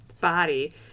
body